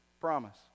Promise